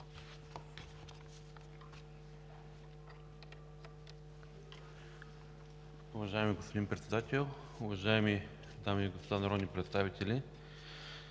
Уважаеми господин Председател, уважаеми дами и господа народни представители!